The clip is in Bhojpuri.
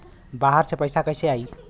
बाहर से पैसा कैसे आई?